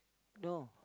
no